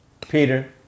Peter